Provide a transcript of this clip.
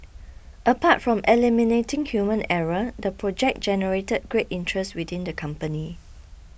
apart from eliminating human error the project generated great interest within the company